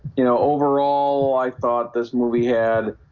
you know overall i thought this movie had